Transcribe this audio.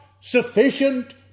sufficient